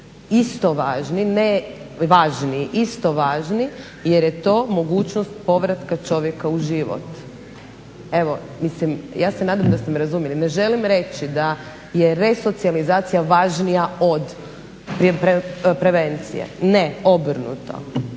isto važni, ne važniji, isto važni – jer je to mogućnost povratka čovjeka u život. Mislim, ja se nadam da ste me razumijeli. Ne želim reći da je resocijalizacija važnija od prevencije. Ne, obrnuto.